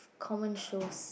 common shows